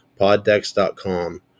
poddex.com